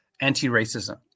anti-racism